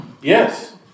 Yes